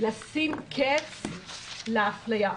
לשים קץ לאפליה.